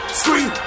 scream